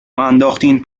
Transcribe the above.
انداختین